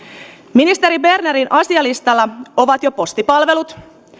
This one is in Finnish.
ministeri bernerin asialistalla ovat jo postipalvelut